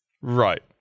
Right